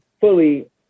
fully